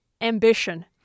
ambition